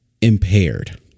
impaired